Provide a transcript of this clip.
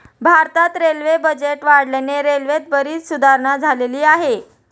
भारतात railway budget वाढल्याने रेल्वेत बरीच सुधारणा झालेली आहे